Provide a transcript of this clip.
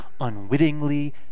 unwittingly